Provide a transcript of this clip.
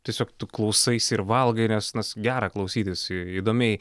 tiesiog tu klausaisi ir valgai nes nes gera klausytis įdomiai